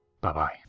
Bye-bye